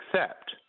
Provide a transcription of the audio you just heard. accept